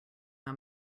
how